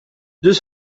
deux